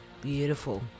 beautiful